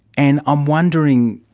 and i'm wondering,